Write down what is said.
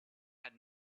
had